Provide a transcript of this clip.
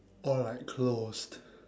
or like closed